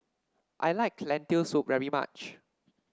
I like Lentil Soup very much